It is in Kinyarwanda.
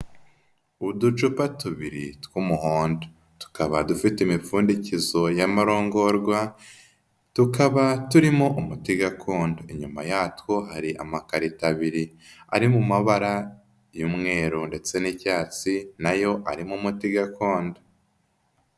Uducupa tubiri tw'umuhondo, tukaba dufite imipfundikizo y'amarongorwa, tukaba turimo umuti gakondo, inyuma yatwo hari amakarito abiri, ari mu mabara y'umweru ndetse n'icyatsi, na yo arimo amuti gakondo.